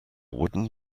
wooden